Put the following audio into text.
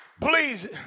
please